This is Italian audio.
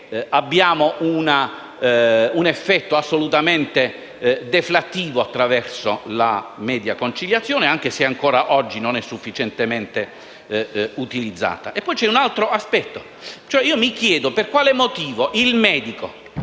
si ha un effetto assolutamente deflattivo con la media conciliazione, anche se ancora oggi non è sufficientemente utilizzata. E poi c'è un altro aspetto. Io mi chiedo per quale motivo il medico